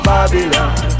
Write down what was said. Babylon